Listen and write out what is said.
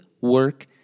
work